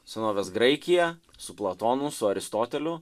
senovės graikija su platonu su aristoteliu